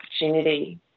opportunity